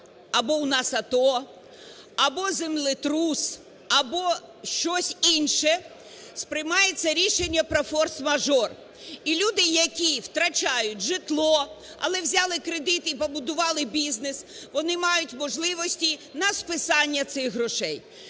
або у нас АТО, або землетрус, або щось інше, приймається рішення про форс-мажор, і люди, які втрачають житло, але взяли кредити і побудували бізнес. Вони мають можливості на списання цих грошей.